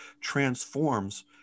transforms